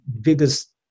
biggest